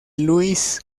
luis